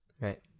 Right